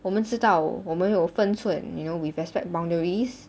我们知道我们有分寸 you know we respect boundaries